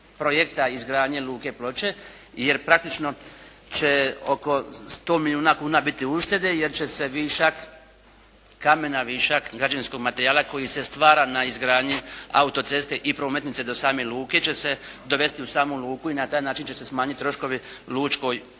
projekta izgradnje Luke Ploče jer praktično će oko 100 milijuna kuna biti uštede jer će se višak kamena, višak građevinskog materijala koji se stvara na izgradnji auto-ceste i prometnice do same luke će se dovesti u samu luku i na taj način će se smanjiti troškovi lučkoj